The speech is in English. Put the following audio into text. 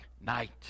night